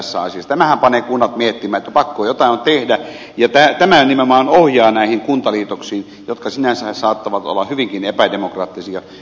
tämähän panee kunnat miettimään että pakko jotain on tehdä ja tämä nimenomaan ohjaa näihin kuntaliitoksiin jotka sinänsähän saattavat olla hyvinkin epädemokraattisia